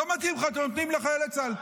לא מתאים לך, אתם נותנים לחיילי צה"ל.